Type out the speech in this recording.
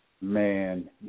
man